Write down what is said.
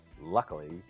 luckily